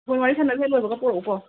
phone ꯋꯥꯔꯤ ꯁꯥꯟꯅ ꯍꯦꯛ ꯂꯣꯏꯕꯒ ꯄꯣꯔꯛꯎꯀꯣ